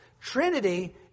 Trinity